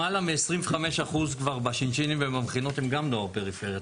למעלה מ-25% בש"שינים ובמכינות הם גם נוער פריפריה,